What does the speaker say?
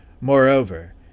Moreover